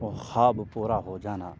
اور خواب پورا ہو جانا